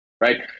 right